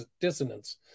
dissonance